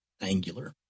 Angular